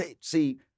see